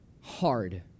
hard